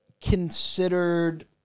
considered